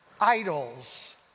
idols